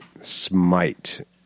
Smite